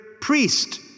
priest